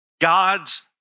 God's